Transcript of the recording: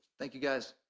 thank you guys